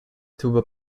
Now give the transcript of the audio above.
tuba